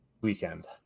weekend